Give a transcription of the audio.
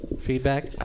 Feedback